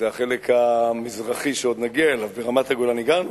זה החלק המזרחי שעוד נגיע אליו, ברמת-הגולן הגענו,